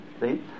See